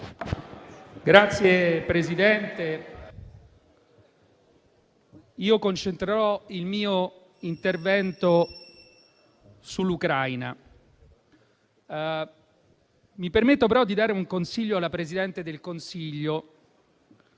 Signor Presidente, concentrerò il mio intervento sull'Ucraina, ma mi permetto di dare un consiglio alla Presidente del Consiglio.